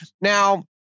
Now